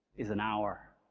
is an hour,